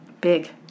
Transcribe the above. Big